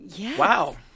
wow